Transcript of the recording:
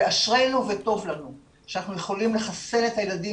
ואשרינו וטוב לנו שאנחנו יכולים לחסן את הילדים